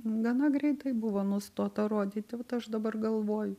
gana greitai buvo nustota rodyt vat aš dabar galvoju